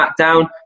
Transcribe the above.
SmackDown